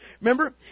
Remember